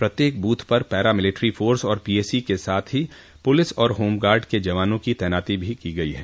प्रत्येक बूथ पर para military force और पीएसी के साथ पुलिस और होमगार्ड के जवानों की तैनाती की गयी है